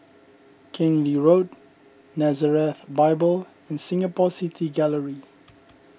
Keng Lee Road Nazareth Bible and Singapore City Gallery